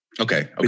Okay